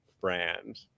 brand